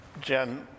Jen